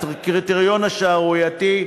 הקריטריון השערורייתי,